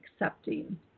accepting